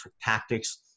tactics